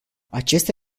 acesta